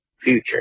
future